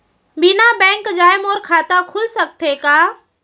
बिना बैंक जाए मोर खाता खुल सकथे का?